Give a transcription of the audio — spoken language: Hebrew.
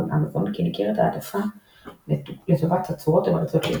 אמזון כי ניכרת העדפה לטובת תצורות המריצות לינוקס.